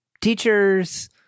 teachers